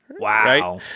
Wow